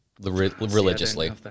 religiously